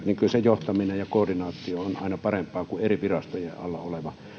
niin kyllä se johtaminen ja koordinaatio on on aina parempaa kuin eri virastojen alla oleva